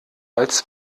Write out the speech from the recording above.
als